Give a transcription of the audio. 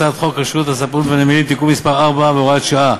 הצעת חוק רשות הספנות והנמלים (תיקון מס' 4 והוראת שעה)